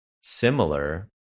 similar